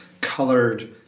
colored